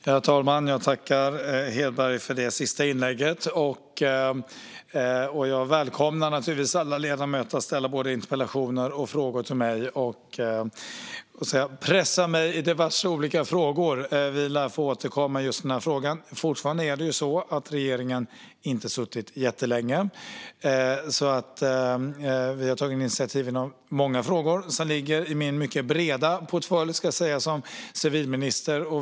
Herr talman! Jag tackar Peter Hedberg för det sista inlägget. Jag välkomnar naturligtvis alla ledamöter att ställa både interpellationer och frågor till mig och pressa mig i diverse frågor. Vi lär få återkomma i just denna fråga. Regeringen har ju inte suttit jättelänge. Men vi har tagit initiativ i många frågor som ligger i den mycket stora portfölj som jag har som civilminister.